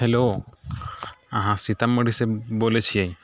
hello अहाँ सीतामढ़ीसँ बोलै छिए